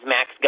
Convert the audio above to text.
Max